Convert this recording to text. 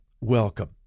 welcome